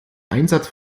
einsatz